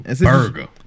Burger